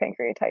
pancreatitis